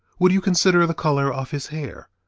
would you consider the color of his hair?